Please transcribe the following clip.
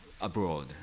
abroad